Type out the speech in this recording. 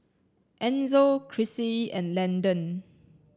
Enzo Crissie and Landon